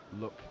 look